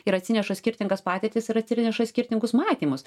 ir atsineša skirtingas patirtis ir atsirneša skirtingus matymus